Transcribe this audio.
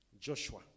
Joshua